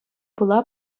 пула